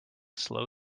slow